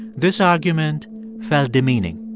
this argument felt demeaning.